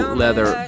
leather